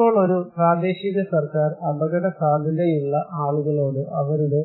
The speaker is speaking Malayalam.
ഇപ്പോൾ ഒരു പ്രാദേശിക സർക്കാർ അപകടസാധ്യതയുള്ള ആളുകളോട് അവരുടെ